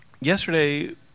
yesterday